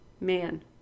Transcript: man